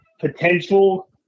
potential